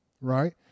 right